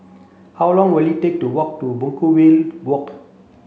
how long will it take to walk to Brookvale Walk